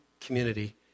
community